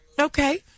Okay